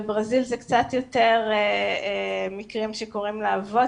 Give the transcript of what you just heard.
בברזיל זה קצת יותר מקרים שקורים לאבות,